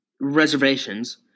reservations